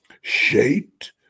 shaped